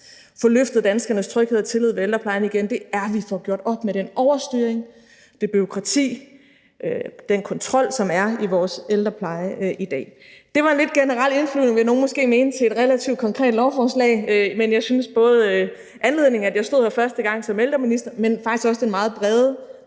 få løftet danskernes tryghed og tillid i forbindelse med ældreplejen igen, er, at vi får gjort op med den overstyring, det bureaukrati, den kontrol, som er i vores ældrepleje i dag. Kl. 20:18 Det var en lidt generel indflyvning, vil nogle måske mene, til et relativt konkret lovforslag, men jeg synes, at både den anledning, at jeg står her første gang som ældreminister, men faktisk også den meget brede